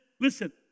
listen